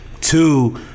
Two